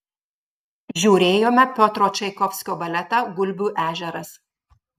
žiūrėjome piotro čaikovskio baletą gulbių ežeras